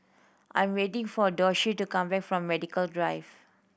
I am waiting for Doshie to come back from Medical Drive